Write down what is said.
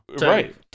right